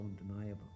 undeniable